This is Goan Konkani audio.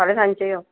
फाल्यां सांजचें यो